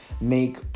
make